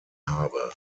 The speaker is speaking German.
habe